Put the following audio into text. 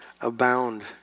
abound